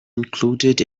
included